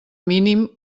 mínim